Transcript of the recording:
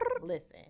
Listen